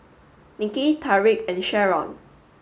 Niki Tariq and Sherron